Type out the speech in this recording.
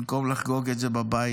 במקום לחגוג את זה בבית,